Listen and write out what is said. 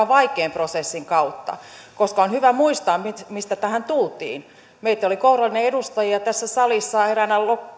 vaikean prosessin kautta on hyvä muistaa mistä mistä tähän tultiin meitä oli kourallinen edustajia tässä salissa eräänä